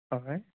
হয়